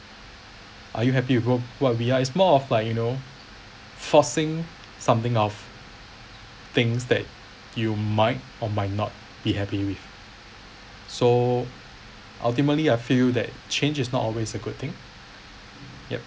are you happy with wh~ what we are is more of like you know forcing something of things that you might or might not be happy with so ultimately I feel that change is not always a good thing yet